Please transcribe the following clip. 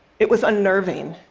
it was unnerving.